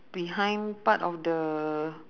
behind part of the